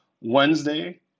Wednesday